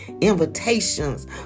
invitations